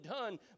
done